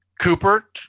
Cooper